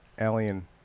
alien